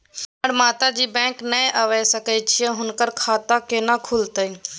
हमर माता जी बैंक नय ऐब सकै छै हुनकर खाता केना खूलतै?